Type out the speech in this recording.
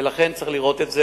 ולכן צריך לראות את זה.